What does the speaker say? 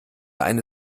eine